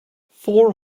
four